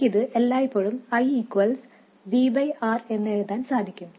എനിക്ക് ഇത് എല്ലായ്പോഴും I V R എന്നു എഴുതാൻ സാധിക്കും